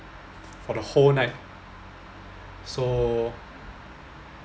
for the whole night so